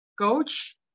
Coach